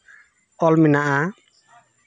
ᱚᱞ ᱢᱮᱱᱟᱜᱼᱟ